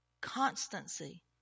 constancy